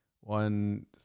One